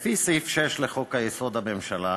לפי סעיף 6 לחוק-יסוד: הממשלה,